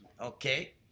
Okay